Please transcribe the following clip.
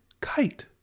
kite